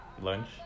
lunch